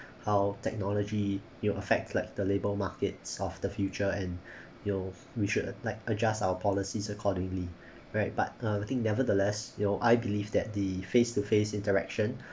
how technology you know affect like the labour markets of the future and you know we should uh like adjust our policies accordingly right but uh the thing nevertheless you know I believe that the face to face interaction